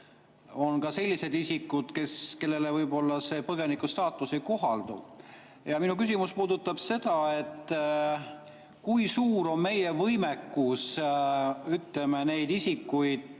on ka selliseid isikuid, kellele võib-olla see põgenikustaatus ei kohaldu. Minu küsimus puudutab seda, kui suur on meie võimekus, ütleme, neid isikuid